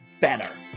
better